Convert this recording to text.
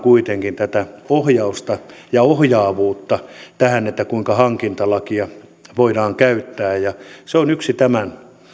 kuitenkin tätä ohjausta ja ohjaavuutta tähän kuinka hankintalakia voidaan käyttää se on yksi tämän